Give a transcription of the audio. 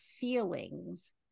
feelings